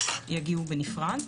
יגיעו בנפרד.